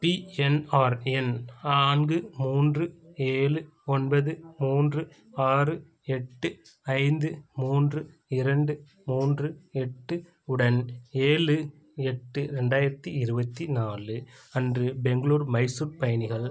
B N R எண் நான்கு மூன்று ஏழு ஒன்பது மூன்று ஆறு எட்டு ஐந்து மூன்று இரண்டு மூன்று எட்டு உடன் ஏழு எட்டு ரெண்டாயிரத்தி இருபத்தி நாலு அன்று பெங்களூர் மைசூர் பயணிகள்